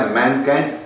mankind